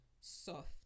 soft